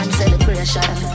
celebration